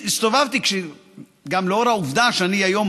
גם לאור העובדה שאני היום